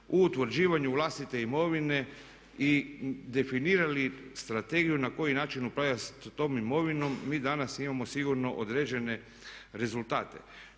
u utvrđivanje vlastite imovine i definirali strategiju na koji način upravljati s tom imovinom mi danas imamo sigurno određene rezultate.